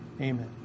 Amen